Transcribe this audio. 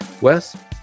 Wes